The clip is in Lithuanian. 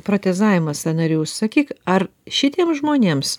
protezavimas sąnarių sakyk ar šitiems žmonėms